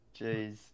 Jeez